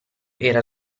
era